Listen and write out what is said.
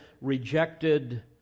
rejected